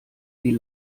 die